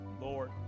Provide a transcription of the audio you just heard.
Lord